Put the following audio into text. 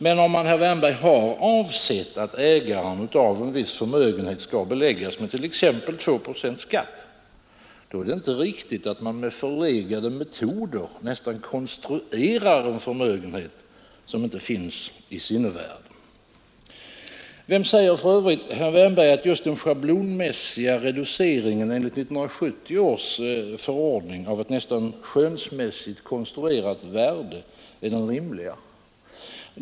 Men om man, herr Wärnberg, har avsett att ägaren av en viss förmögenhet skall beläggas med t.ex. 2 procents skatt, är det inte riktigt att man med förlegade metoder nästan konstruerar en förmögenhet som inte finns i sinnevärlden. Vem säger för övrigt, herr Wärnberg, att just den schablonmässiga reduceringen enligt 1970 års förordning av ett nästan skönsmässigt konstruerat värde är den rimliga?